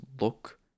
look